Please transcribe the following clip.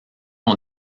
ont